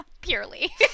Purely